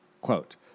quote